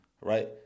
Right